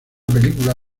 película